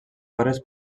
hores